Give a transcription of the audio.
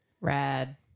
Rad